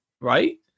right